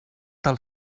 tal